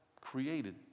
created